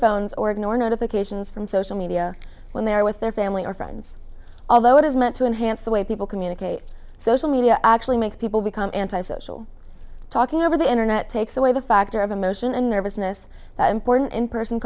phones or ignore notifications from social media when they are with their family or friends although it is meant to enhance the way people communicate social media actually makes people become anti social talking over the internet takes away the factor of emotion and nervousness that important in person